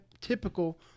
typical